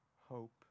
hope